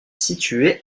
situé